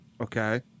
Okay